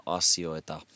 asioita